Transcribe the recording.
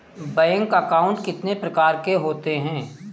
Bank account कितने प्रकार के होते हैं?